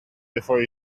before